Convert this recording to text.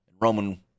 Roman